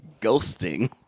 ghosting